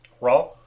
Raw